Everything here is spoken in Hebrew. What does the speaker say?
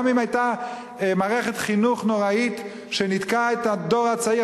גם אם היתה מערכת חינוך נוראית שניתקה את הדור הצעיר,